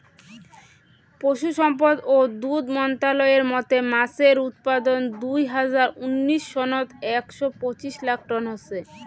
পশুসম্পদ ও দুধ মন্ত্রালয়ের মতে মাছের উৎপাদন দুই হাজার উনিশ সনত একশ পঁচিশ লাখ টন হসে